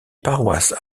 paroisses